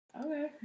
Okay